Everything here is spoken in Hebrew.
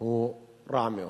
הוא רע מאוד.